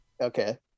Okay